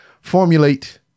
formulate